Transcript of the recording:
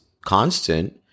constant